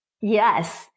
Yes